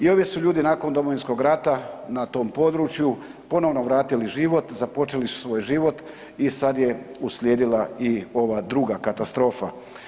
I ovi su ljudi nakon Domovinskog rata na tom području ponovno vratili život, započeli su svoj život i sad je uslijedila i ova druga katastrofa.